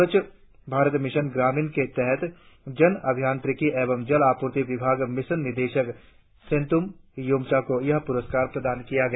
स्वच्छ भारत मिशन ग्रामीण के तहत जन अभियांत्रिकी एवं जल आपूर्ति विभाग मिशन निदेशक सेनतुम योमचा को यह पुरस्कार प्रदान किया गया